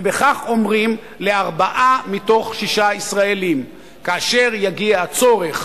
ובכך אומרים לארבעה מתוך עשרה ישראלים: כאשר יגיע הצורך,